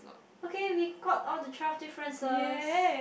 okay okay got all the twelve differences